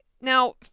Now